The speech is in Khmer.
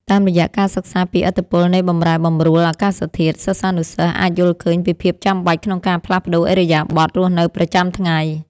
តាមរយៈការសិក្សាពីឥទ្ធិពលនៃបម្រែបម្រួលអាកាសធាតុ សិស្សានុសិស្សអាចយល់ឃើញពីភាពចាំបាច់ក្នុងការផ្លាស់ប្តូរឥរិយាបថរស់នៅប្រចាំថ្ងៃ។